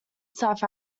south